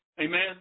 Amen